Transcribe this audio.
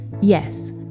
Yes